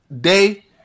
Day